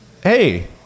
hey